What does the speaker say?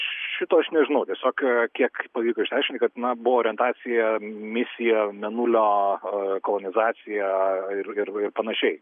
šito aš nežinau tiesiog kiek pavyko išsiaiškinti kad na buvo orientacija misija mėnulio kolonizacija ir ir ir panašiai